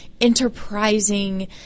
enterprising